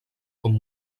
com